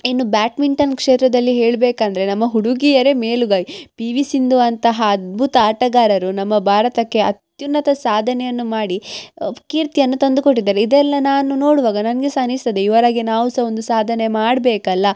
ಇನ್ನು ಬ್ಯಾಟ್ಮಿಂಟನ್ ಕ್ಷೇತ್ರದಲ್ಲಿ ಹೇಳಬೇಕಂದ್ರೆ ನಮ್ಮ ಹುಡುಗಿಯರೆ ಮೇಲುಗೈ ಪಿ ವಿ ಸಿಂಧು ಅಂತಹ ಅದ್ಬುತ ಆಟಗಾರರು ನಮ್ಮ ಭಾರತಕ್ಕೆ ಅತ್ಯುನ್ನತ ಸಾಧನೆಯನ್ನು ಮಾಡಿ ಕೀರ್ತಿಯನ್ನು ತಂದು ಕೊಟ್ಟಿದ್ದಾರೆ ಇದೆಲ್ಲ ನಾನು ನೋಡುವಾಗ ನನಗೆ ಸಹ ಅನಿಸ್ತದೆ ಇವರ ಹಾಗೆ ನಾವು ಸಹ ಒಂದು ಸಾಧನೆ ಮಾಡಬೇಕಲ್ಲ